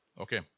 Okay